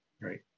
right